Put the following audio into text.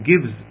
gives